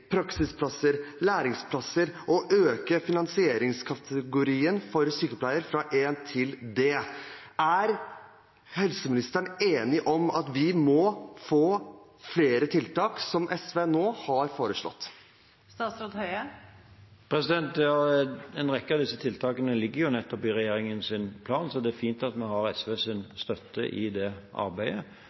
praksisplasser, læreplasser og øke finansieringskategorien for sykepleier fra E til D. Er helseministeren enig i at vi må få flere tiltak, som SV nå har foreslått? En rekke av disse tiltakene ligger jo i regjeringens plan, så det er fint at vi har SVs støtte i det arbeidet.